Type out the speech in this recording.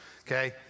okay